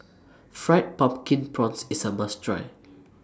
Fried Pumpkin Prawns IS A must Try